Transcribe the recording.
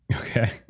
Okay